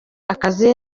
akazi